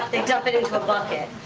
they dump it into a bucket.